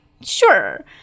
sure